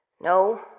No